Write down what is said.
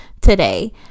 today